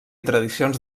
tradicions